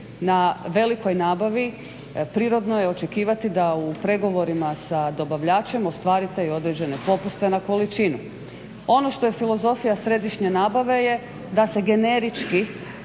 na velikoj nabavi prirodno je očekivati da u pregovorima sa dobavljačem ostvarite i određene popuste na količinu. Ono što je filozofija središnje nabave je da se generički,